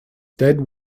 dead